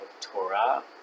Torah